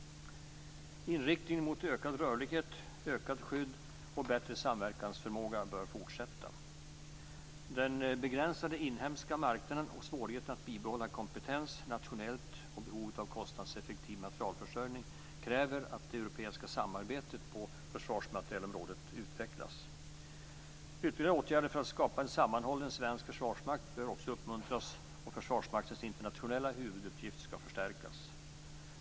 Inriktningen mot ökad rörlighet, ökat skydd och bättre samverkansförmåga bör fortsätta. Den begränsade inhemska marknaden, svårigheten att bibehålla kompetens nationellt och behovet av kostnadseffektiv materielförsörjning kräver att det europeiska samarbetet på försvarsmaterielområdet utvecklas. Ytterligare åtgärder för att skapa en sammanhållen svensk försvarsmakt bör också uppmuntras och Försvarsmaktens internationella huvuduppgift skall förstärkas.